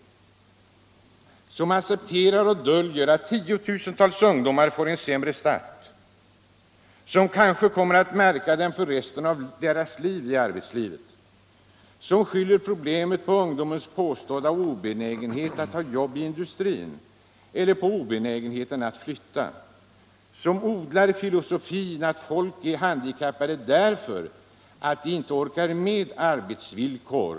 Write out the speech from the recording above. Den tendens som accepterar och döljer att tiotusentals ungdomar får en sämre start, som kanske kommer att märka dem för resten av deras tid i arbetslivet, som skyller problemet på ungdomens påstådda obenägenhet att ta jobb i industrin eller på obenägenheten att flytta och som odlar filosofin att folk är handikappade därför att de inte orkar med arbetsvillkor.